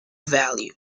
value